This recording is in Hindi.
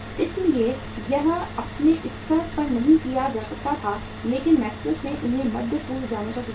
इसलिए यह अपने स्तर पर नहीं किया जा सकता था लेकिन मैकिन्से ने उन्हें मध्य पूर्व जाने का सुझाव दिया